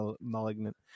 malignant